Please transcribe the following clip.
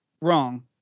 Wrong